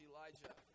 Elijah